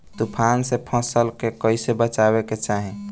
तुफान से फसल के कइसे बचावे के चाहीं?